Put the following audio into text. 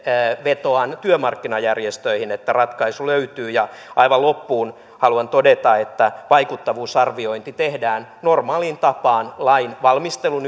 vetoan työmarkkinajärjestöihin että ratkaisu löytyy aivan loppuun haluan todeta että vaikuttavuusarviointi tehdään normaaliin tapaan lainvalmistelun